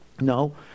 no